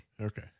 Okay